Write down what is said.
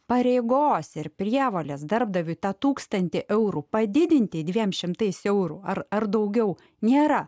pareigos ir prievolės darbdaviui tą tūkstantį eurų padidinti dviem šimtais eurų ar ar daugiau nėra